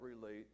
relate